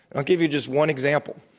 i'll give you just one example.